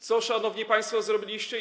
Co, szanowni państwo, zrobiliście?